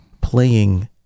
playing